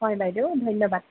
হয় বাইদেউ ধন্যবাদ